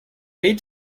lead